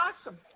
awesome